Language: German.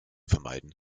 vermeiden